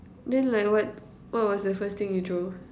then like what what was the first thing you drew